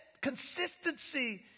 consistency